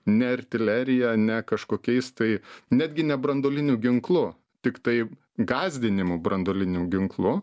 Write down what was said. ne artilerija ne kažkokiais tai netgi ne branduoliniu ginklu tiktai gąsdinimu branduoliniu ginklu